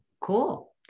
Cool